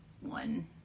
one